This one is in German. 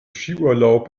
skiurlaub